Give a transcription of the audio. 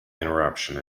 interruption